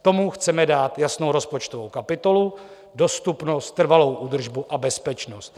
Tomu chceme dát jasnou rozpočtovou kapitolu, dostupnost, trvalou údržbu a bezpečnost.